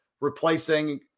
replacing